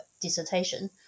dissertation